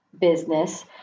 business